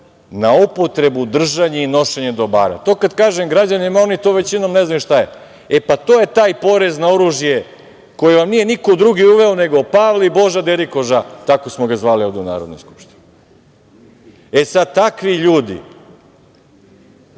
na upotrebu, držanje i nošenje dobara. To kad kažem građanima, oni to većinom ne znaju šta je. E, pa to je taj porez na oružje koji vam nije niko drugi uveo nego Pavle i Boža derikoža. Tako smo ga zvali ovde u Narodnoj skupštini.E, sad takvi ljudi